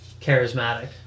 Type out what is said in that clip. charismatic